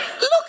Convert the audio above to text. Look